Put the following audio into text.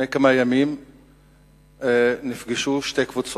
לפני כמה ימים נפגשו שתי קבוצות.